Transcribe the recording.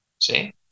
see